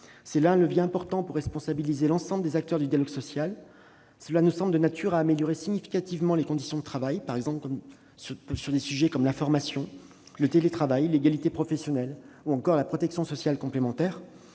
C'est un levier important pour responsabiliser l'ensemble des acteurs du dialogue social. Il nous semble être de nature à améliorer significativement les conditions de travail, par exemple sur des sujets comme la formation, le télétravail, l'égalité professionnelle ou encore la protection sociale complémentaire.